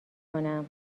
کنم